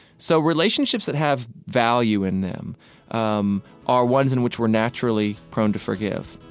so relationships that have value in them um are ones in which we're naturally prone to forgive